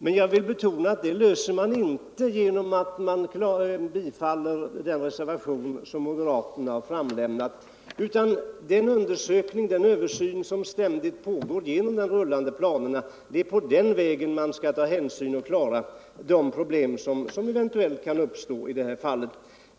Men jag vill betona att dessa problem löser man inte genom att bifalla den reservation som moderaterna avgivit, de problem som eventuellt kan uppstå får man ta hänsyn till och klara av vid den översyn som ständigt pågår genom de rullande planerna.